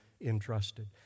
entrusted